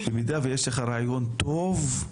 במידה ויש לך רעיון טוב,